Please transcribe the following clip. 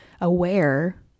aware